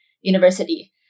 university